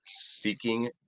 seeking